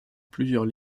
plusieurs